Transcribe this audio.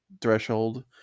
threshold